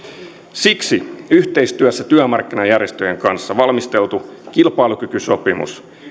siksi yhteistyössä työmarkkinajärjestöjen kanssa valmisteltu kilpailukykysopimus